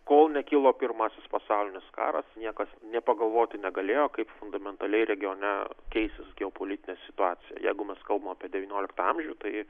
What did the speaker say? kol nekilo pirmasis pasaulinis karas niekas nė pagalvoti negalėjo kaip fundamentaliai regione keisis geopolitinė situacija jeigu mes kalbam apie devynioliktą amžių tai